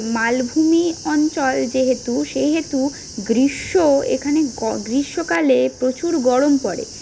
মালভূমি অঞ্চল যেহেতু সেহেতু গ্রীষ্ম এখানে গ্রীষ্মকালে প্রচুর গরম পড়ে